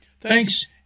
Thanks